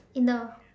in the